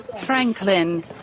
Franklin